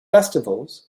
festivals